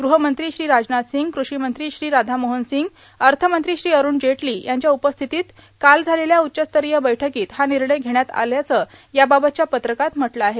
गृहमंत्री श्री राजनाथ सिंग कृषीमंत्री श्री राधामोहन सिंग अर्थमंत्री श्री अरूण जेटली यांच्या उपस्थितीत काल झालेल्या उच्चस्तरीय बैठकीत हा निर्णय घेण्यात आल्याचं याबाबतच्या पत्रकात म्हटलं आहे